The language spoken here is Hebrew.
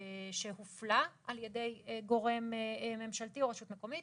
שהופלה על ידי גורם ממשלתי או רשות מקומית